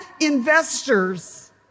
investors